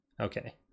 Okay